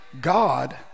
God